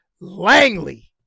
Langley